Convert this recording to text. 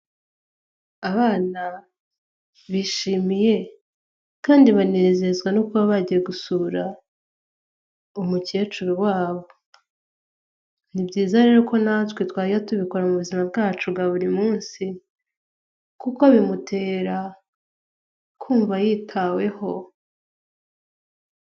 Abana bishimiye kandi banezezwa no kuba bagiye umukecuru wabo, ni byiza rero ko natwe twajya tubikora mu buzima bwacu bwa buri munsi, kuko bimutera kumva yitaweho.